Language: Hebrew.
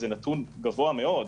זה נתון גבוה מאוד,